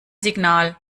signal